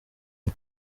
ubu